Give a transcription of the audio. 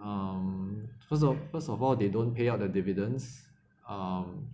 um first of first of all they don't pay out the dividends um